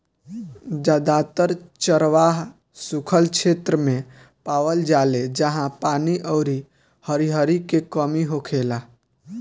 जादातर चरवाह सुखल क्षेत्र मे पावल जाले जाहा पानी अउरी हरिहरी के कमी होखेला